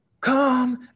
come